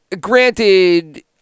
granted